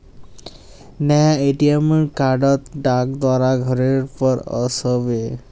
नया ATM card डाक द्वारा घरेर पर ओस बे